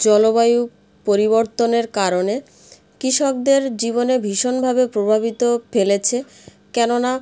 জলবায়ু পরিবর্তনের কারণে কৃষকদের জীবনে ভীষণভাবে প্রভাবিত ফেলেছে কেননা